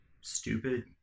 stupid